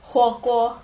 火锅